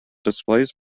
displays